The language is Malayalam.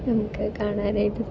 നമുക്ക് കാണാനായിട്ട്